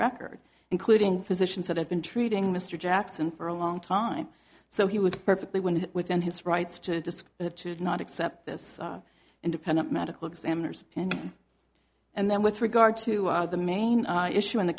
record including physicians that have been treating mr jackson for a long time so he was perfectly when within his rights to just not accept this independent medical examiners and and then with regard to the main issue in th